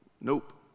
Nope